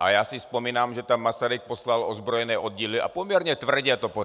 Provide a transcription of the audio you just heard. a já si vzpomínám, že tam Masaryk poslal ozbrojené oddíly a poměrně tvrdě to potlačil.